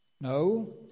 No